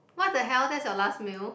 what the hell that's your last meal